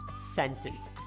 sentences